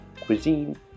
cuisine